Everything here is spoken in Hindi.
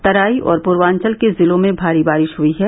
तराई और पूर्वांचल के जिलों में भारी बारिश हुयी है